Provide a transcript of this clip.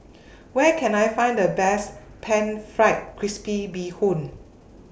Where Can I Find The Best Pan Fried Crispy Bee Hoon